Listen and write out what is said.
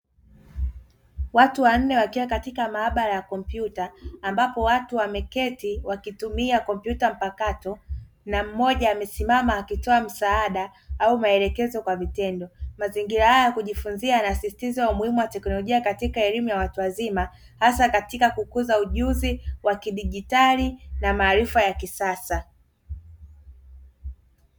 Watu wanne wakiwa katika maabara ya kompyuta ambapo watu wameketi wakitumia kompyuta mpakato na mmoja amesimama akitoa msaada au maelekezo kwa vitendo. Mazingira haya ya kujifunzia yanasisitiza umuhimu wa teknolojia katika elimu ya watu wazima hasa katika kukuza ujuzi wa kidigitali na maarifa ya kisasa.